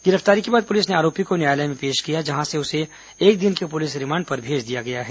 गिरफ्तारी के बाद पुलिस ने आरोपी को न्यायालय में पेश किया जहां से उसे एक दिन की पुलिस रिमांड पर भेजा गया है